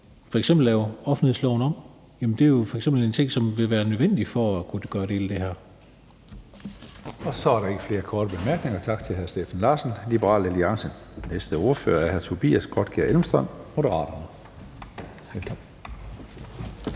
f.eks. at lave offentlighedsloven om. Det er f.eks. en ting, som vil være nødvendig for at kunne gøre dele af det her. Kl. 14:14 Tredje næstformand (Karsten Hønge): Så er der ikke flere korte bemærkninger. Tak til hr. Steffen Larsen, Liberal Alliance. Næste ordfører er hr. Tobias Grotkjær Elmstrøm, Moderaterne. Kl.